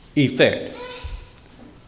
Effect